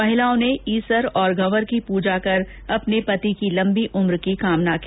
महिलाओं ने ईसर और गंवर की पूजा कर अपने पति की लंबी उम्र की कामना की